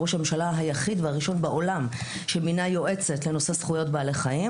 ראש הממשלה היחיד והראשון בעולם שמינה יועצת לנושא זכויות בעלי חיים.